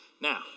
Now